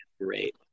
great